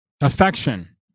Affection